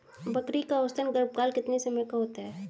बकरी का औसतन गर्भकाल कितने समय का होता है?